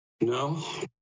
No